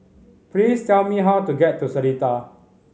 please tell me how to get to Seletar